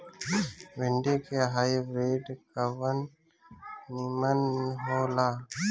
भिन्डी के हाइब्रिड कवन नीमन हो ला?